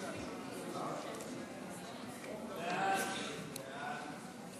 חוק מס ערך מוסף (תיקון מס' 48),